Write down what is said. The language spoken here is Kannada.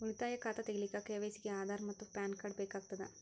ಉಳಿತಾಯ ಖಾತಾ ತಗಿಲಿಕ್ಕ ಕೆ.ವೈ.ಸಿ ಗೆ ಆಧಾರ್ ಮತ್ತು ಪ್ಯಾನ್ ಕಾರ್ಡ್ ಬೇಕಾಗತದ